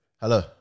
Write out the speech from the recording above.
Hello